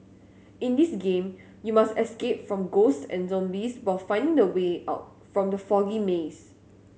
in this game you must escape from ghosts and zombies while finding the way out from the foggy maze